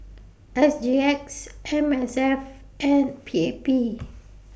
S G X M S F and P A P